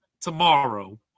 tomorrow